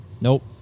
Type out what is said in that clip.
nope